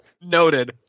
Noted